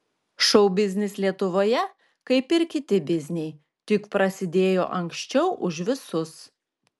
šou biznis lietuvoje kaip ir kiti bizniai tik prasidėjo anksčiau už visus